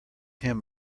him